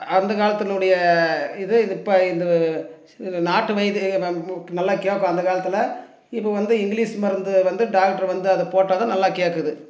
அந்த காலத்துனுடைய இது இது இப்போ இந்த சில நாட்டு வைத்தியம் நல்லா கேட்கும் அந்த காலத்தில் இப்போ வந்து இங்கிலீஸ் மருந்து வந்து டாக்டர் வந்து அதை போட்டால் தான் நல்லா கேட்குது